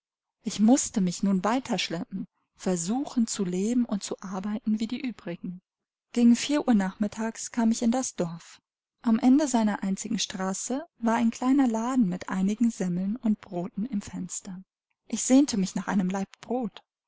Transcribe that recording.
ich mußte mich nun weiter schleppen versuchen zu leben und zu arbeiten wie die übrigen gegen vier uhr nachmittags kam ich in das dorf am ende seiner einzigen straße war ein kleiner laden mit einigen semmeln und broten im fenster ich sehnte mich nach einem laib brot